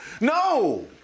No